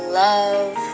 love